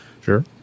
Sure